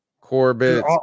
Corbett